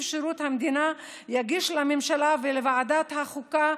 שירות המדינה יגיש לממשלה ולוועדת החוקה,